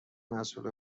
مسوول